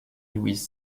louise